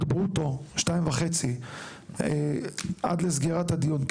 ברוטו עד לסגירת הדיון.